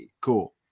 Cool